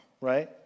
right